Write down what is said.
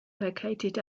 located